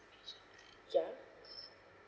ya